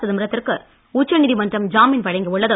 சிதம்பரத்திற்கு உச்சநீதிமன்றம் ஜாமின் வழங்கியுள்ளது